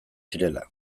zirela